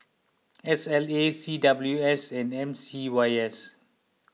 S L A C W S and M C Y S